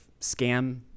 scam